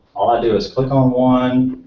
all i do is click on one,